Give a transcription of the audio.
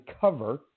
cover